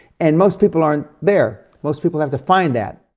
and most people aren't there. most people have to find that.